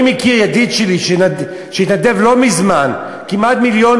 אני מכיר ידיד שלי שנידב לא מזמן כמעט מיליון